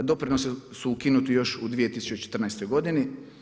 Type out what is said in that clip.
Doprinosi su ukinuti još u 2014. godini.